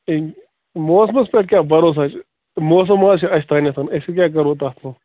ہَے موسمَس پٮ۪ٹھ کیٛاہ بَروسا چھِ موسم ما چھِ اَسہِ تانٮ۪تھ أسۍ تہِ کیٛاہ کَرو تَتھ منٛز